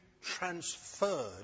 transferred